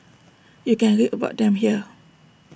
you can read about them here